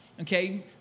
Okay